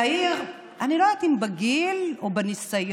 צעיר, אני לא יודעת אם בגיל או בניסיון